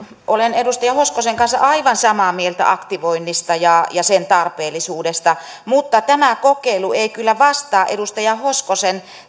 olen edustaja hoskosen kanssa aivan samaa mieltä aktivoinnista ja ja sen tarpeellisuudesta mutta tämä kokeilu ei kyllä vastaa edustaja hoskosen